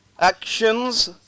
actions